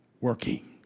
Working